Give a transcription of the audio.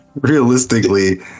Realistically